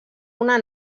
una